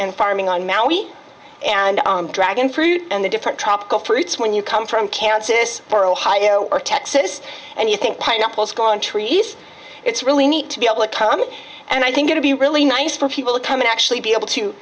in farming on maui and dragon fruit and the different tropical fruits when you come from kansas for ohio or texas and you think pineapples gone trees it's really neat to be able to come in and i think it'd be really nice for people to come and actually be able to